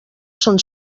són